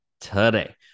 today